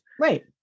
Right